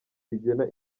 rigena